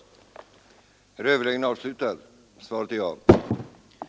syn på inskränkningarna i rätten för judar att lämna Sovjet